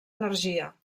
energia